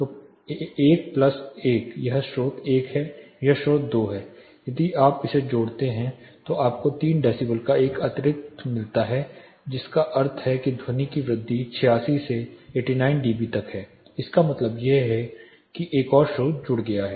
तो 1 प्लस 1 यह स्रोत 1 है यह स्रोत 2 है यदि आप इसे जोड़ते हैं तो आपको 3 डेसीबल का एक अतिरिक्त मिलता है जिसका अर्थ है कि ध्वनि की वृद्धि 86 से 89 डीबी तक है इसका मतलब है कि एक और स्रोत जुड़ गया है